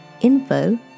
info